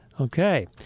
Okay